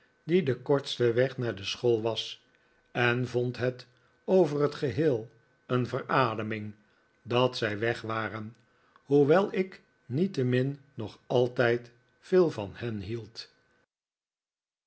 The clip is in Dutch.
die de kortste weg naar school was en vond het over het geheel een verademing dat zij weg waren hoewel ik niettemin nog altijd veel van hen hield